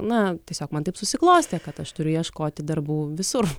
na tiesiog man taip susiklostė kad aš turiu ieškoti darbų visur